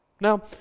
Now